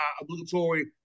obligatory